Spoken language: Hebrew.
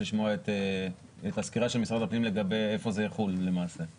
לשמוע את הסקירה של משרד הפנים לגבי איפה זה יחול למעשה.